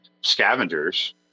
scavengers